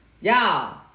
y'all